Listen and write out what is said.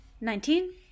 Nineteen